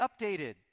updated